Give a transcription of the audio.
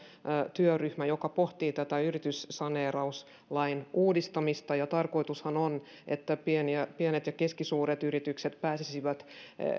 työryhmä joka pohtii tätä yrityssaneerauslain uudistamista tarkoitushan on että pienet ja keskisuuret yritykset pääsisivät